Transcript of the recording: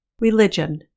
Religion